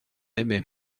aimé